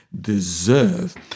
deserve